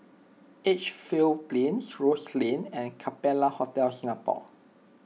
Edgefield Plains Rose Lane and Capella Hotel Singapore